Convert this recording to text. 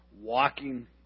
walking